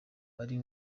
ari